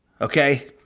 Okay